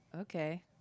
Okay